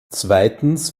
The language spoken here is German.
zweitens